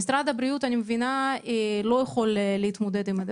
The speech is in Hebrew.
אני מבינה שמשרד הבריאות לא יכול להתמודד עם כל